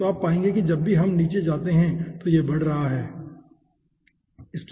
तो आप पाएंगे कि जब भी हम नीचे जाते हैं तो यह बढ़ रहा है ठीक है